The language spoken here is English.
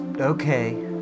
okay